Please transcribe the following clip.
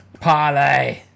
Parlay